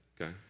okay